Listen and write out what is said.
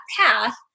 path